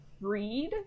read